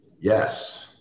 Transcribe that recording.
Yes